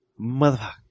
Motherfucker